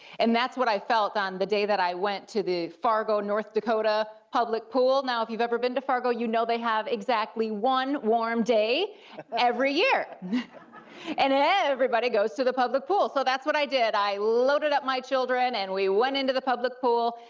and that's what i felt on the day that i went to the fargo, north dakota public pool. now, if you've ever been to fargo, you know they have exactly one warm day every year. and then everybody goes to the public pool, so that's what i did, i loaded up my children, and we went into the public pool.